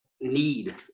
need